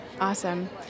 Awesome